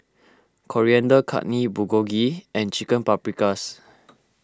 Coriander Chutney Bulgogi and Chicken Paprikas